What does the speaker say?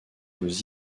vos